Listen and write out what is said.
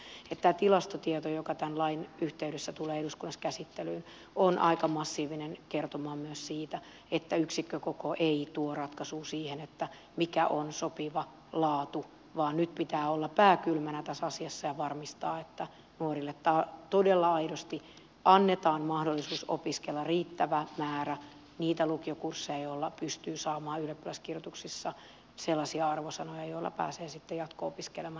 tämä tilastotieto joka tämän lain yhteydessä tulee eduskunnassa käsittelyyn on aika massiivinen kertomaan myös siitä että yksikkökoko ei tuo ratkaisua siihen mikä on sopiva laatu vaan nyt pitää olla pää kylmänä tässä asiassa ja varmistaa että nuorille todella aidosti annetaan mahdollisuus opiskella riittävä määrä niitä lukiokursseja joilla pystyy saamaan ylioppilaskirjoituksissa sellaisia arvosanoja joilla pääsee sitten jatko opiskelemaan